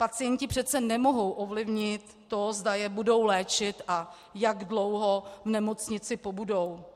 Pacienti přece nemohou ovlivnit to, zda je budou léčit a jak dlouho v nemocnici pobudou.